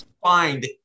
find